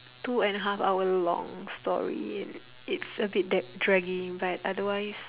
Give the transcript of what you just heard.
two and a half hour long story it's a bit that draggy but otherwise